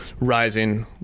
rising